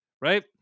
right